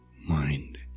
mind